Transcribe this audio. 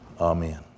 Amen